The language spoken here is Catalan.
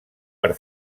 per